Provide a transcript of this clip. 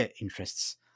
interests